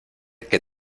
que